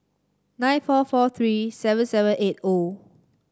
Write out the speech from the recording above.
nine four four three seven seven eight O